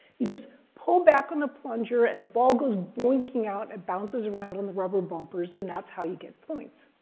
you just pull back on a plunger, and the ball goes boinking out and bounces around on the rubber bumpers, and that's how you get points.